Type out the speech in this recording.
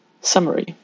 Summary